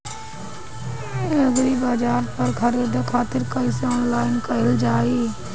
एग्रीबाजार पर खरीदे खातिर कइसे ऑनलाइन कइल जाए?